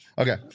Okay